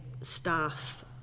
staff